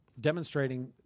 demonstrating